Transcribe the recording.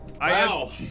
wow